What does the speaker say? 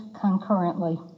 concurrently